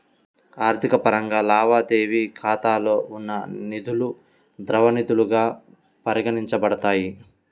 ఆర్థిక పరంగా, లావాదేవీ ఖాతాలో ఉన్న నిధులుద్రవ నిధులుగా పరిగణించబడతాయి